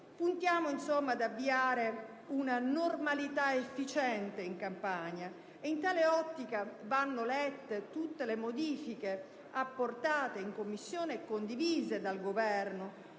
insomma ad avviare una normalità efficiente in Campania. In tale ottica, vanno lette tutte le modifiche apportate in Commissione e condivise dal Governo,